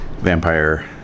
Vampire